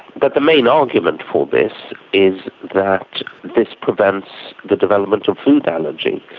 but the main argument for this is that this prevents the development of food allergy,